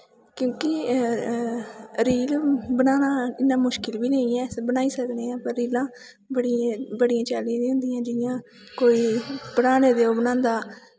क्योंकि रील बनाना इन्ना मुश्किल बी निं ऐ अस बनाई सकने आं पर रीलां बड़ियें चाल्ली दियां होंदियां जि'यां कोई पढ़ाने दे ओह् बनांदा